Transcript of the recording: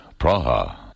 Praha